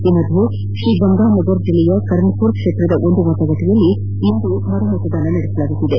ಈ ಮಧ್ಯೆ ಶ್ರೀಗಂಗಾ ನಗರ್ ಜಿಲ್ಲೆಯ ಕರನ್ಪುರ್ ಕ್ಷೇತ್ರದ ಒಂದು ಮತಗಟ್ಟೆಯಲ್ಲಿ ಇಂದು ಮರು ಮತದಾನ ನಡೆಯುತ್ತಿದೆ